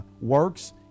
works